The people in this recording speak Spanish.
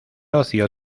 ocio